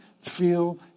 feel